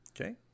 Okay